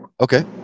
Okay